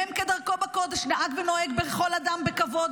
מ' כדרכו בקודש נהג ונוהג בכל אדם בכבוד,